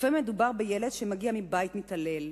לפעמים מדובר בילד שמגיע מבית מתעלל,